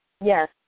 Yes